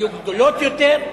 היו גדולות יותר,